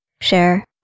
share